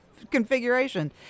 configuration